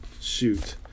shoot